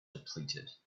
depleted